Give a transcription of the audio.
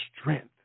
strength